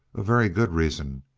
a very good reason.